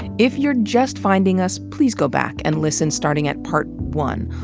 if you're just finding us, please go back and listen, starting at part one.